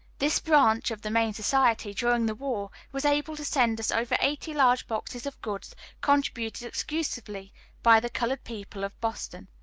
this branch of the main society, during the war, was able to send us over eighty large boxes of goods, contributed exclusively by the colored people of boston.